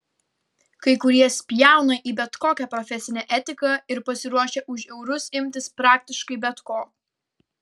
kai kurie spjauna į bet kokią profesinę etiką ir pasiruošę už eurus imtis praktiškai bet ko